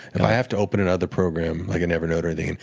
if i have to open another program, like an evernote or anything, and